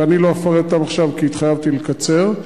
ואני לא אפרט אותם עכשיו כי התחייבתי לקצר,